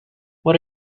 what